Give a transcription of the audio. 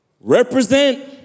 represent